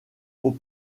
aux